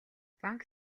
банк